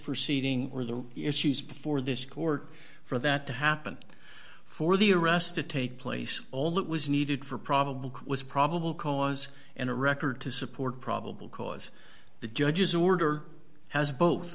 proceeding or the issues before this court for that to happen for the arrest to take place all that was needed for probable cause probable cause in a record to support probable cause the judge's order has both